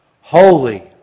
Holy